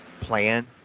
plan